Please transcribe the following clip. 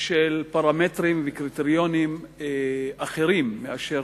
של פרמטרים וקריטריונים אחרים מאלה אשר